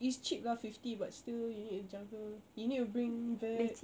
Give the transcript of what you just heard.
is cheap lah fifty but still you need to jaga you need to bring vet